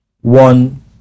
one